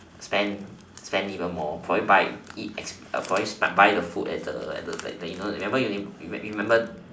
spend spend even more probably buy eat at probably buy the food at the you know you remember your name you remember